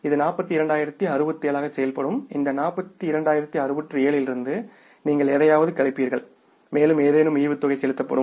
இது 42067 ஆக செயல்படும் இந்த 42067 இலிருந்து நீங்கள் எதையாவது கழிப்பீர்கள் மேலும் ஏதேனும் டிவிடெண்ட் செலுத்தப்படும்